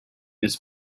his